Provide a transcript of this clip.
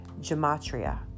gematria